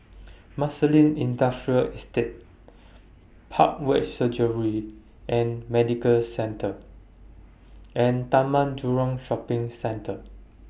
Marsiling Industrial Estate Parkway Surgery and Medical Centre and Taman Jurong Shopping Centre